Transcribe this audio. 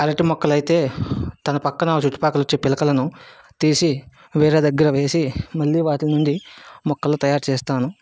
అరటి మొక్కలు అయితే తన పక్కన చుట్టుపక్కలు వచ్చే పిలకలను తీసి వేరే దగ్గర వేసి మళ్ళీ వాటి నుండి మొక్కలు తయారు చేస్తాను